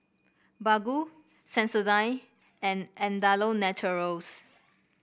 Baggu Sensodyne and Andalou Naturals